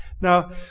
Now